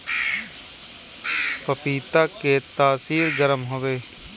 पपीता के तासीर गरम हवे